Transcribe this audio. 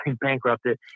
bankrupted